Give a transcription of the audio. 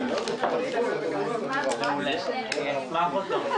אבל בבקשה תתנו גם נתונים קצת